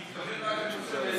אתה מתכוון ל-2021.